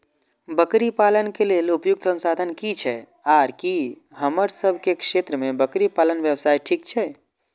बकरी पालन के लेल उपयुक्त संसाधन की छै आर की हमर सब के क्षेत्र में बकरी पालन व्यवसाय ठीक छै?